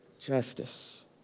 justice